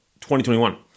2021